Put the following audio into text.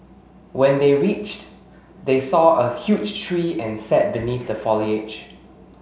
when they reached they saw a huge tree and sat beneath the foliage